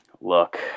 look